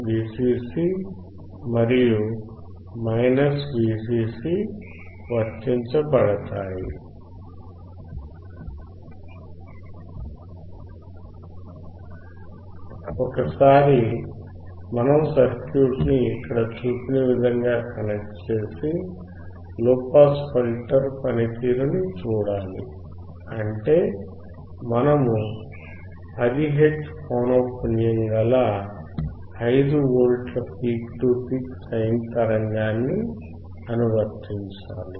Vcc మరియు -Vcc వర్తించబడతాయి ఒకసారి మనము సర్క్యూట్ ని ఇక్కడ చూపిన విధముగా కనెక్ట్ చేసి లో పాస్ ఫిల్టర్ పనితీరుని చూడాలి అంటే మనము 10 హెర్ట్జ్ పౌనఃపున్యము గల 5V peak to peak sine తరంగాన్ని అనువర్తించాలి